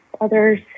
others